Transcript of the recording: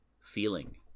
feeling